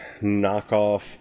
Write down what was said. knockoff